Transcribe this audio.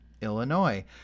Illinois